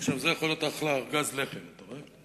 עכשיו, זה יכול להיות אחלה ארגז לחם, אתה רואה?